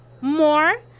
more